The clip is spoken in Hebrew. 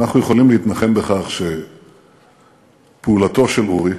אנחנו יכולים להתנחם בכך שפעולתו של אורי,